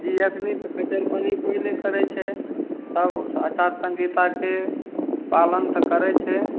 जी अखन तऽ खचरपनि कोइ नहि करै छै सब आचार संघिताके पालन तऽ करै छै